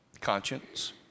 conscience